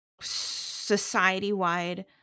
society-wide